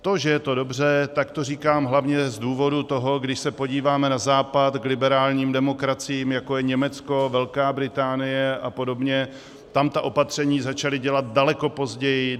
To, že je to dobře, tak to říkám hlavně z důvodu toho, když se podíváme na západ k liberálním demokraciím, jako je Německo, Velká Británie a podobně, tam ta opatření začali dělat daleko později.